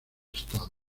estados